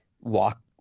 walk